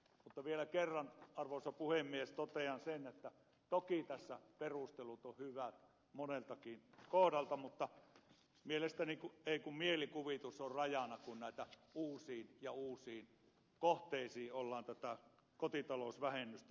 mutta vielä kerran arvoisa puhemies totean sen että toki tässä perustelut ovat hyvät moneltakin kohdalta mutta mielestäni ei ole kuin mielikuvitus rajana kun uusiin ja uusiin kohteisiin ollaan tätä kotitalousvähennystä laajentamassa